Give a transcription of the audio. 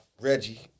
Reggie